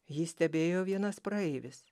jį stebėjo vienas praeivis